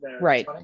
right